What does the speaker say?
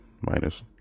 minus